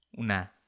Una